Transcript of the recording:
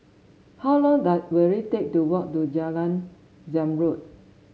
how long does will it take to walk to Jalan Zamrud